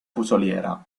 fusoliera